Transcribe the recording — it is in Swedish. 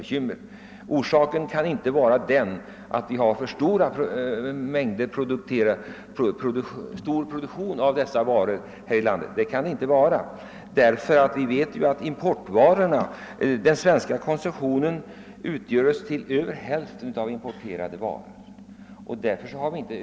Men orsaken härtill kan inte vara en alltför omfattande produktion av dessa varor här i lan det, ty vi vet att den svenska konsumtionen till hälften utgörs av importerade varor.